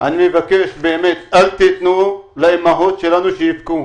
אני מבקש, אל תתנו לאימהות שלנו לבכות.